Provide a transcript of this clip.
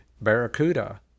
barracuda